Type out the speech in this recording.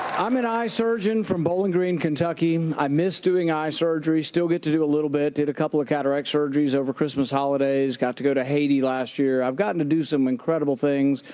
i'm an eye surgeon from bowling green, kentucky, i miss doing eye surgery, still get to do a little bit. did a couple of cataract surgeries over christmas holidays. got to go to haiti last year. i've gotten to do some incredible things.